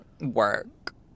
Work